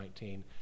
2019